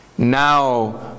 Now